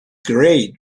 great